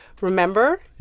Remember